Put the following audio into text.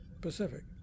Pacific